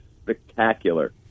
spectacular